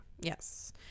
yes